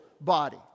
body